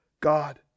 God